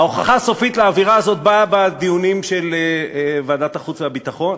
ההוכחה הסופית לאווירה הזאת באה בדיונים של ועדת החוץ והביטחון.